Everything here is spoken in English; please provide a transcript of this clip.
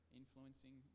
influencing